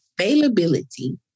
availability